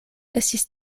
estis